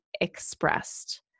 expressed